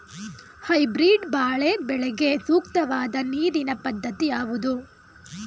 Hybrid ಬಾಳೆ ಬೆಳೆಗೆ ಸೂಕ್ತವಾದ ನೀರಿನ ಪದ್ಧತಿ ಯಾವುದು?